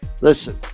Listen